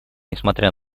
несмотря